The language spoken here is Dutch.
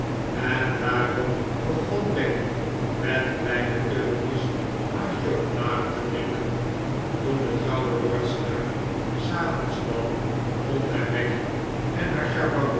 en daarop begon becky met kleine teugjes haar chocolade te drinken toen de trouwe lord steyne s avonds kwam vond hij becky en haar